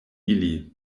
ili